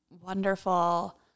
wonderful